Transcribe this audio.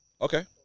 Okay